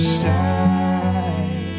side